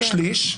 שליש.